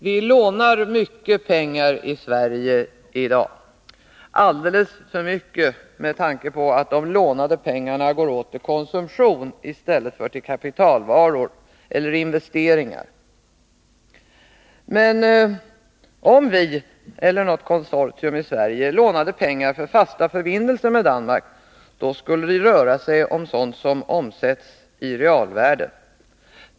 Vi lånar mycket pengar i Sverige i dag, alldeles för mycket med tanke på att de lånade pengarna går åt till konsumtion i stället för till kapitalvaror eller investeringar. Men om vi eller något konsortium i Sverige lånade pengar för fasta förbindelser med Danmark, skulle det röra sig om sådant som omsätts i realvärden.